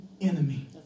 enemy